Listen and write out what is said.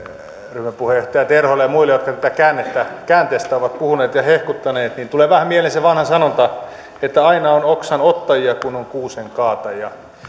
ryhmäpuheenjohtaja terholle ja muille jotka tästä käänteestä ovat puhuneet ja tätä ovat hehkuttaneet niin tulee vähän mieleen se vanha sanonta että aina on oksan ottajia kun on kuusen kaatajia